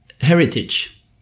heritage